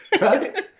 Right